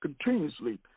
continuously